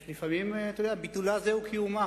לפעמים, אתה יודע, ביטולה זהו קיומה.